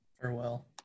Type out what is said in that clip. Farewell